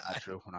true